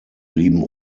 blieben